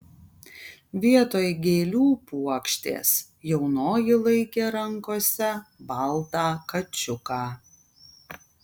vietoj gėlių puokštės jaunoji laikė rankose baltą kačiuką